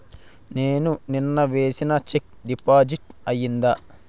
నేను నిన్న వేసిన చెక్ డిపాజిట్ అయిందా?